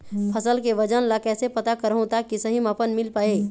फसल के वजन ला कैसे पता करहूं ताकि सही मापन मील पाए?